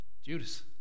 Judas